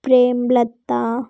Premlata